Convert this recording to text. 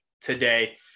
today